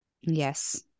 Yes